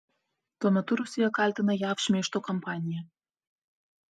tuo metu rusija kaltina jav šmeižto kampanija